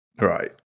right